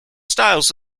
styles